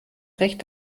recht